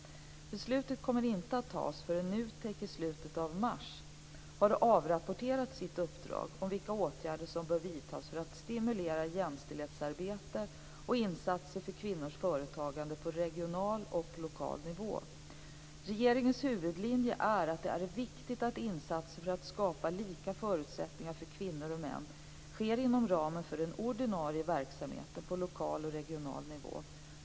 Beslutet kommer inte att tas förrän NUTEK i slutet av mars har avrapporterat sitt uppdrag om vilka åtgärder som bör vidtas för att stimulera jämställhetsarbete och insatser för kvinnors företagande på regional och lokal nivå. Regeringens huvudlinje är att det är viktigt att insatser för att skapa lika förutsättningar för kvinnor och män sker inom ramen för den ordinarie verksamheten på lokal och regional nivå.